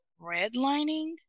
redlining